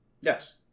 yes